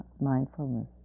mindfulness